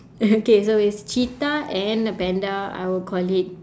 okay so it's cheetah and a panda I would call it